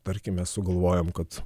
tarkim mes sugalvojom kad